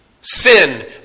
Sin